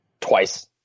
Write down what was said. Twice